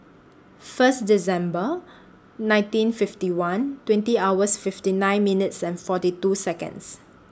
First December nineteen fifty one twenty hours fifty nine minutes and forty two Seconds